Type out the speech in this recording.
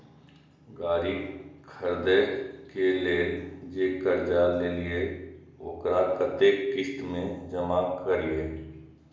गाड़ी खरदे के लेल जे कर्जा लेलिए वकरा कतेक किस्त में जमा करिए?